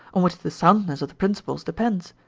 on which the soundness of the principles depends.